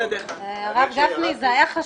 הרב גפני, זה חשוב,